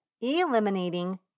eliminating